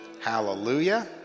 Hallelujah